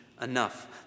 enough